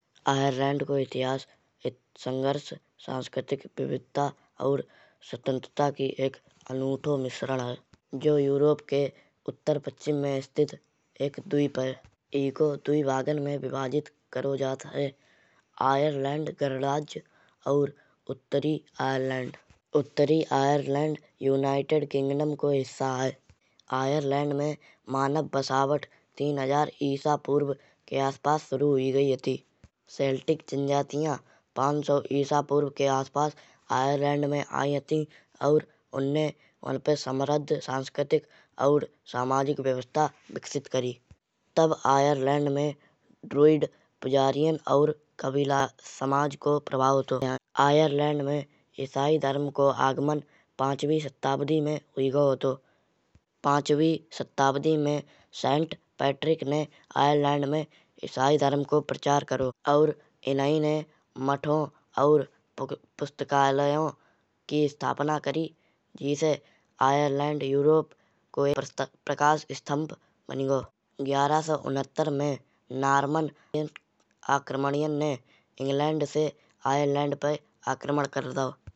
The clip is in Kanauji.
आयरलैंड को इतिहास संघर्ष सांस्कृतिक विविधता और स्वतंत्रता की एक अनूठो मिश्रण है। जो यूरोप के उत्तर पश्चिमी में स्थित एक द्वीप है। ईको दुई भागन में विभजित करौ जात है। आयरलैंड गणराज्य और उत्तरी आयरलैंड यूनाइटेड किंगडम को हिस्सा है। आयरलैंड में मानव बसावट तीन हजार ईसा पूर्व के आसपास शुरू हुई गई हती। सेल्टिक जनजातियाँ पाँच सौ ईसा पूर्व के आसपास आयरलैंड में आई हती। और उन्ने उनपे समृद्ध सांस्कृतिक और सामाजिक व्यवस्था विकसित करी। तब आयरलैंड में द्वीप प्रजातियाँ और कबीला समाज कौ प्रभाव हतो। आयरलैंड में इसाई धर्म को आगमन पाँचवीं सदी में हुई गयो हतो। पाँचवीं सदी में सेंट पेट्रिक ने आयरलैंड में इसाई धर्म कौ प्रचार करौ। और इन्हाई ने मठों और पुस्तकालयों की स्थापना करी। जेसे आयरलैंड यूरोप कौ प्रकाश स्तंभ बनी गयो। ग्यारह सौ उनहत्तर में नॉर्मनिफ्ट आक्रमणियें ने इंग्लैंड से आयरलैंड पे आक्रमण कर दओ।